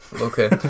Okay